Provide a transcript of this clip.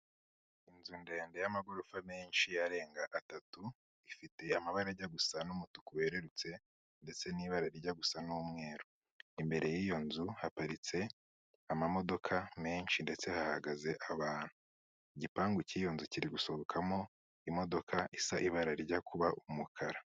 Inzu ndende y'amagorofa menshi arenga atatu, ifite amabara ajya gusa n'umutuku werurutse, ndetse n'ibara rijya gusa n'umweru, imbere y'iyo nzu haparitse amamodoka menshi, ndetse hahagaze abantu, igipangu cy'iyo nzu kiri gusohokamo imodoka isa ibara rijya kuba umukara.